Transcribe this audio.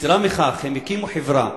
יתירה מכך, הם הקימו חברה